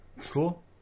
Cool